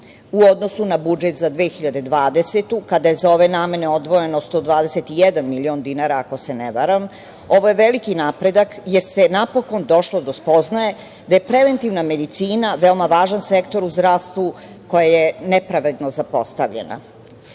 u odnosu na budžet za 2020. godinu, kada je za ove namene odvojeno 121 milion dinara, ako se ne varam. Ovo je veliki napredak, jer se napokon došlo do spoznaje, da je preventivna medicina veoma važan sektor u zdravstvu koja je nepravedno zapostavljena.